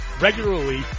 regularly